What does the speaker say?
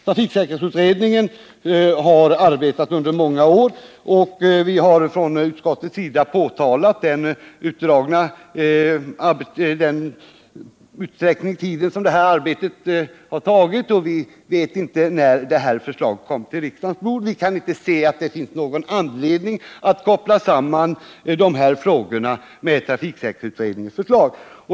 Trafiksäkerhetsutredningen har arbetat under många år, och vi har från utskottets sida påtalat arbetets utsträckning i tiden. Vi vet inte när förslaget kommer till riksdagens bord, och vi kan inte se att det finns någon anledning att koppla samman de nu aktuella frågorna med trafiksäkerhetsutredningens förslag.